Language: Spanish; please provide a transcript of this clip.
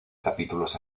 capítulos